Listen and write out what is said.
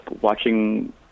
watching